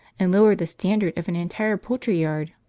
and lower the standard of an entire poultry-yard.